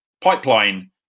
pipeline